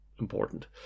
important